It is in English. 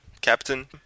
Captain